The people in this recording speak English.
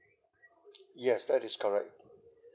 yes that is correct